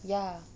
ya